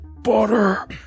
butter